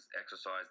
exercise